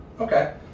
okay